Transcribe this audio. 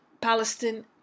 Palestine